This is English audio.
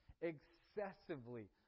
excessively